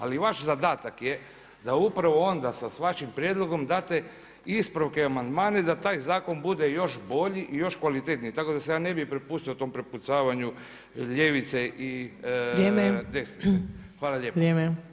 Ali vaš zadatak je da upravo onda sa vašim prijedlogom date ispravke amandmane i da taj zakon bude još bolji i još kvalitetniji tako da se ja ne bih prepustio tom prepucavanju ljevice i desnice.